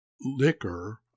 liquor